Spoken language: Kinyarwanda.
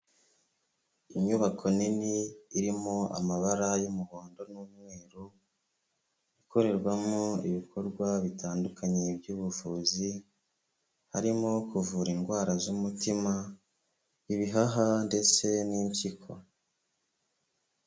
Inyubako nini irimo amabara y'umuhondo n'umweru, ikorerwamo ibikorwa bitandukanye by'ubuvuzi, harimo kuvura indwara z'umutima, ibihaha ndetse n'impyiko.